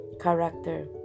character